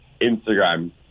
Instagram